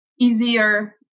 easier